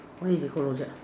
why is it Call Rojak